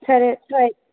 సరే ట్రై